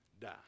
die